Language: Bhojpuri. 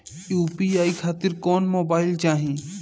यू.पी.आई खातिर कौन मोबाइल चाहीं?